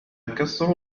كسر